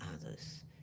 others